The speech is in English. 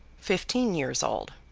fifteen years old.